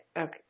okay